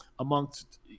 Amongst